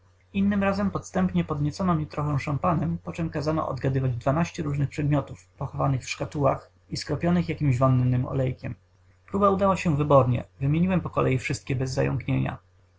innym razem podstępnie podniecono mnie trochę szampanem poczem kazano odgadywać dwanaście różnych przedmiotów pochowanych w szkatułkach i skropionych jakimś wonnym olejkiem próba udała się wybornie wymieniłem po kolei wszystkie bez zająknienia